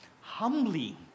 humbly